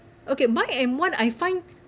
okay my M1 I find